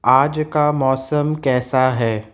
آج کا موسم کیسا ہے